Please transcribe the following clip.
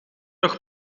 nog